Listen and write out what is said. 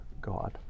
God